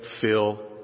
fill